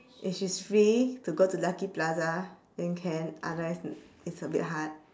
if she's free to go to lucky plaza then can otherwise it it's a bit hard